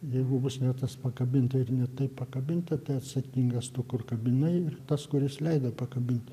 jeigu bus ne tas pakabinta ir ne taip pakabinta tai atsakingas tu kur kabinai tas kuris leido pakabint